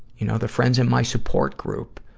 you know, the friends in my support group,